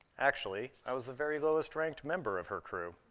actually, i was the very lowest-ranked member of her crew.